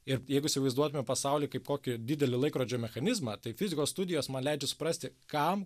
ir jeigu įsivaizduotume pasaulį kaip kokį didelį laikrodžio mechanizmą tai fizikos studijos man leidžia suprasti kam